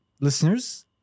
listeners